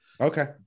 Okay